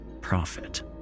profit